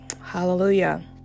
Hallelujah